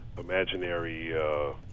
imaginary